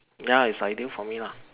ya it's ideal for me lah